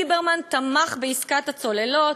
ליברמן תמך בעסקת הצוללות,